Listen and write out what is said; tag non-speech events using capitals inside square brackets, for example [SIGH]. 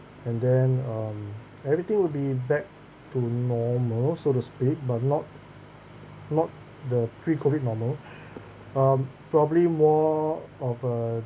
and then um and everything will be back to normal so to speak but not not the pre-COVID normal [BREATH] um probably more of a